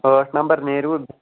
ٲٹھ نَمٛبر نٮ۪رِوٕ